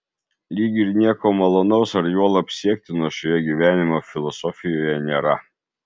lyg ir nieko malonaus ar juolab siektino šioje gyvenimo filosofijoje nėra